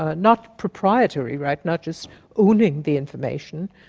ah not proprietary right, not just owning the information,